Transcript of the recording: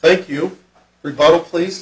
thank you revoke please